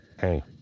hey